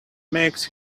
makes